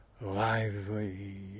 lively